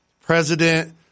president